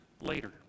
later